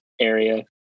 area